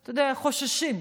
אתה יודע, חוששים,